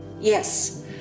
Yes